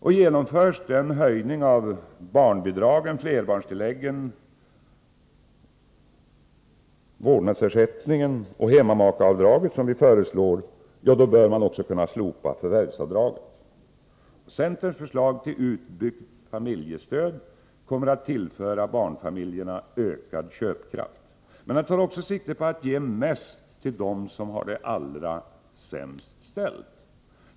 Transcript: Genomförs den höjning av barnbidragen, flerbarnstilläggen, vårdnadsersättningen och hemmamakeavdraget som vi föreslår, bör man också kunna slopa förvärvsavdraget. Centerns förslag till utbyggt familjestöd kommer att tillföra barnfamiljer na ökad köpkraft. Men det tar också sikte på att ge mest till dem som har det allra sämst ställt.